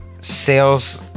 sales